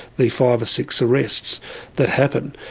the five or six arrests that happen,